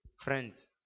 Friends